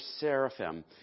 seraphim